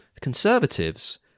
Conservatives